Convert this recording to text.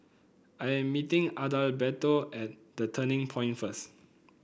I am meeting Adalberto at The Turning Point first